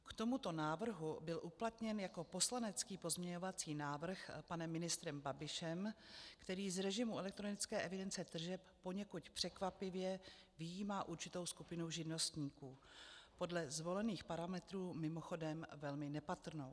K tomuto návrhu byl uplatněn jako poslanecký pozměňovací návrh panem ministrem Babišem, který z režimu elektronické evidence tržeb poněkud překvapivě vyjímal určitou skupinu živnostníků, podle zvolených parametrů mimochodem velmi nepatrnou.